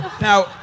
Now